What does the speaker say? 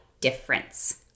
difference